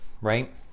right